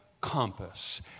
compass